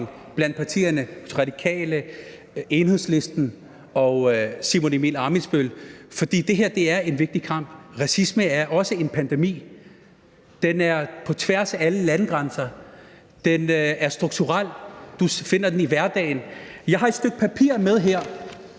blandt partierne – hos Radikale, Enhedslisten og Simon Emil Ammitzbøll-Bille. For det her er en vigtig kamp. Racisme er også en pandemi. Den er på tværs af alle landegrænser, og den er strukturel. Du finder den i hverdagen. Jeg har et stykke papir med her,